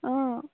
অঁ